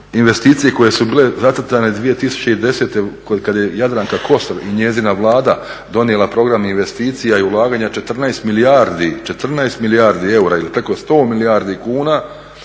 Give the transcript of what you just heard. investicije koje su bile zacrtane 2010., kada je Jadranka Kosor i njezina Vlada donijela program investicija i ulaganja 14 milijardi eura ili preko 100 milijardi kuna,